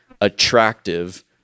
attractive